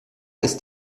ist